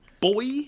Boy